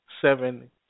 Seven